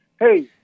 hey